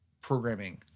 programming